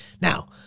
Now